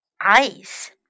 ice